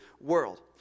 world